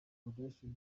production